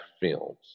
films